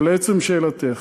אבל לעצם שאלתך,